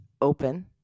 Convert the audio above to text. open